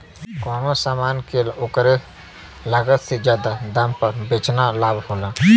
कउनो समान के ओकरे लागत से जादा दाम पर बेचना लाभ होला